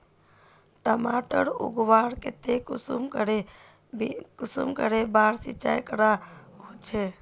टमाटर उगवार केते कुंसम करे बार सिंचाई करवा होचए?